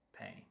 pain